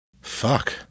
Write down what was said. Fuck